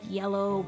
yellow